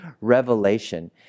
revelation